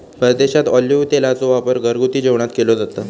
परदेशात ऑलिव्ह तेलाचो वापर घरगुती जेवणात केलो जाता